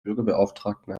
bürgerbeauftragten